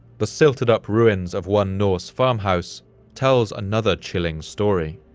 the silted-up ruins of one norse farmhouse tells another chilling story.